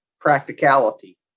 practicality